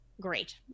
great